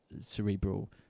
cerebral